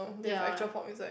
ya